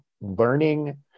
learning